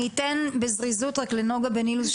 אני אתן בזריזות רק לנגה בן אילוז,